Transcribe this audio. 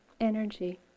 energy